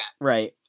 Right